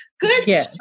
Good